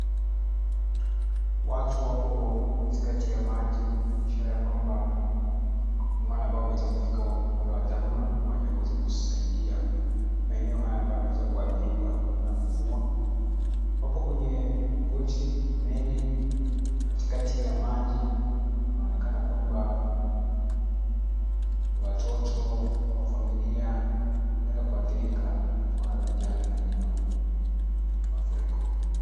Watu wapo katikati ya maji ishara ya kwamba ni wale ambao wameweza kufika wale wa dharura kwa ajili ya kuweza kusaidia maeneo haya ambao yameweza kuhathiriwa na mvua. Hapo kwenye boti meli katikati ya maji, kunaonekana kwamba ni watoto au familia wameweza kuhathirika kutokana na janga hili la mafuriko.